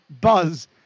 Buzz